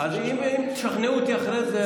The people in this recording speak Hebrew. אם תשכנעו אותי אחרי זה,